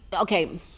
Okay